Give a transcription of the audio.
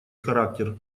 характер